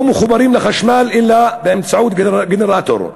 הם לא מחוברים לחשמל אלא באמצעות גנרטור,